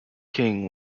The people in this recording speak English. king